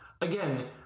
again